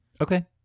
okay